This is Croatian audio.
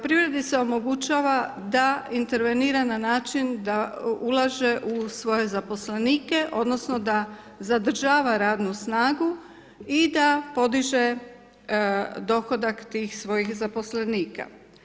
Privredi se omogućava da intervenira na način da ulaže u svoje zaposlenike, odnosno da zadržava radnu snagu i da podiže dohodak tih svojih zaposlenika.